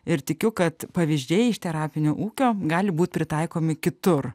ir tikiu kad pavyzdžiai iš terapinio ūkio gali būt pritaikomi kitur